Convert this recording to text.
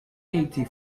eighty